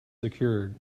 secured